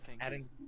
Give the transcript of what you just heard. Adding